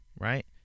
right